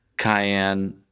Cayenne